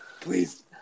Please